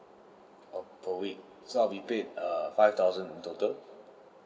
oh per week so I will be paid err five thousand in total